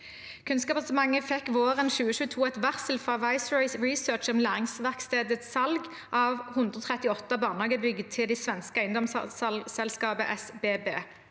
Kunnskapsdepartementet fikk våren 2022 et varsel fra Viceroy Research om Læringsverkstedets salg av 138 barnehagebygg til det svenske eiendomsselskapet SBB.